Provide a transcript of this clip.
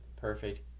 perfect